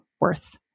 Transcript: worth